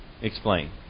explain